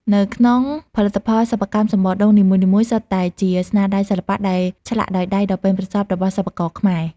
នៅក្នុងផលិតផលសិប្បកម្មសំបកដូងនីមួយៗសុទ្ធតែជាស្នាដៃសិល្បៈដែលឆ្លាក់ដោយដៃដ៏ប៉ិនប្រសប់របស់សិប្បករខ្មែរ។